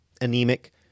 anemic